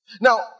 Now